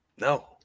No